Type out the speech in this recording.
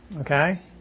okay